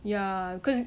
ya cause